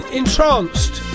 entranced